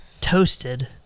toasted